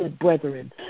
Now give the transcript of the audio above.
brethren